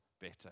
better